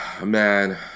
Man